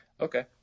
Okay